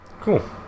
Cool